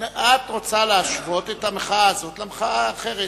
את רוצה להשוות את המחאה הזאת למחאה האחרת.